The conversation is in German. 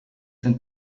sind